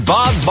Bob